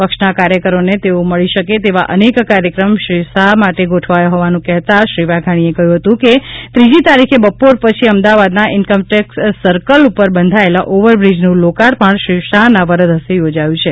પક્ષના કાર્યકરોને તેઓ મળી શકે તેવા અનેક કાર્યક્રમ શ્રી શાહ માટે ગોઠવાયા હોવાનું કહેતા શ્રી વાઘાણીએ કહ્યું હતું કે ત્રીજી તારીખે બપોર પછી અમદાવાદના ઇન્કમટેક્સ સર્કલ ઉપર બંધાયેલા ઓવરબ્રિજનું લોકાર્પણ શ્રી શાહના વરદહસ્તે યોજાયું છે